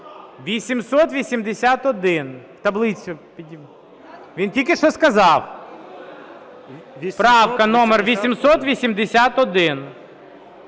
Він тільки що сказав. Правка номер 881,